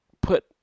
put